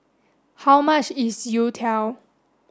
how much is Youtiao